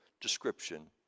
description